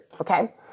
Okay